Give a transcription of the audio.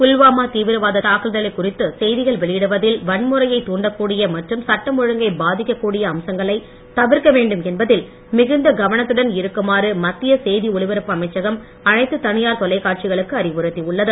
புல்வாமா தீவிரவாதத் தாக்குதல் குறித்து செய்தி வெளியிடுவதில் வன்முறையைத் துண்டக்கூடிய மற்றும் சட்டம் ஒழுங்கை பாதிக்கக் கூடிய அம்சங்களை தவிர்க்க வேண்டுமென்பதில் மிகுந்த கவனத்துடன் இருக்குமாறு மத்திய செய்தி ஒலிபரப்பு அமைச்சகம் அனைத்து தனியார் தொலைக்காட்சிகளுக்கு அறிவுறுத்தியுள்ளது